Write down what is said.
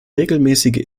regelmäßige